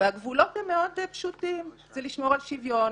הגבולות הם מאוד פשוטים לשמור על שוויון,